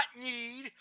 need